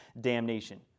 damnation